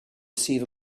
receive